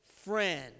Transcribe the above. ...friend